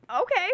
Okay